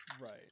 Right